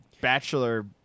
Bachelor